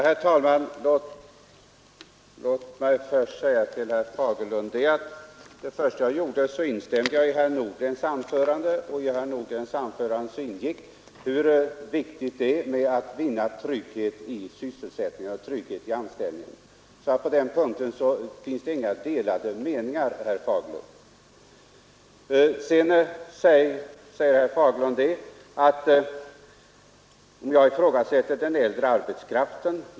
Herr talman! Jag inledde mitt anförande med att instämma i herr Nordgrens anförande. I detta framhöll han hur viktigt det är att vinna trygghet i sysselsättning och anställning. På den punkten råder det alltså inga delade meningar, herr Fagerlund. Sedan säger herr Fagerlund att jag ifrågasätter den äldre arbetskraften.